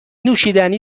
نوشیدنی